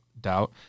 doubt